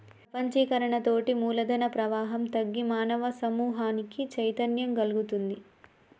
ప్రపంచీకరణతోటి మూలధన ప్రవాహం తగ్గి మానవ సమూహానికి చైతన్యం గల్గుతుంది